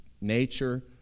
nature